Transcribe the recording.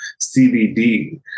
CBD